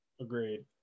Agreed